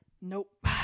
Nope